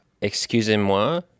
excusez-moi